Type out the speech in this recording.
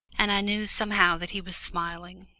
and i knew somehow that he was smiling,